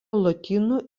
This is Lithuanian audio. lotynų